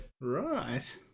Right